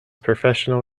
professional